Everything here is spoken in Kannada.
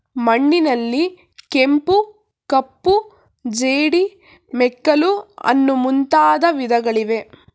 ಮಣ್ಣಿನಲ್ಲಿ ಕೆಂಪು, ಕಪ್ಪು, ಜೇಡಿ, ಮೆಕ್ಕಲು ಅನ್ನೂ ಮುಂದಾದ ವಿಧಗಳಿವೆ